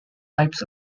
types